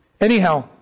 Anyhow